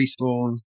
Respawn